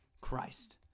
Christ